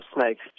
snakes